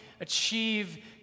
achieve